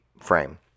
frame